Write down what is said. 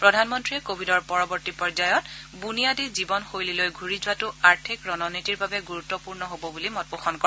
প্ৰধানমন্ত্ৰীয়ে ক ভিডৰ পৰৱৰ্তী পৰ্যায়ত বুনিয়াদী জীৱন শৈলীলৈ ঘূৰি যোৱাটো আৰ্থিক ৰণনীতিৰ বাবে গুৰুত্পূৰ্ণ হ'ব বুলি মতপোষণ কৰে